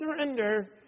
surrender